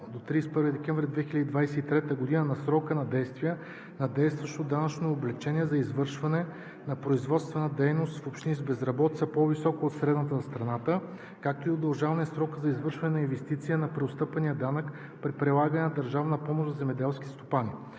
до 31 декември 2023 г. на срока на действие на действащото данъчно облекчение за извършване на производствена дейност в общини с безработица, по-висока от средната за страната, както и удължаване на срока за извършване на инвестиция на преотстъпения данък при прилагане на държавната помощ за земеделски стопани.